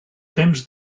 temps